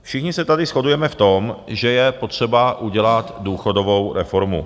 Všichni se tady shodujeme v tom, že je potřeba udělat důchodovou reformu.